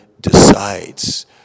decides